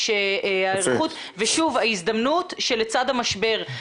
ושוב, ההזדמנות שלצד המשבר.